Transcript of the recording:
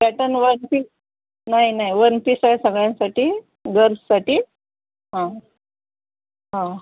pattern one piece नाही नाही one piece आहे सगळ्यांसाठी गर्ल्ससाठी हां हां